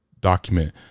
document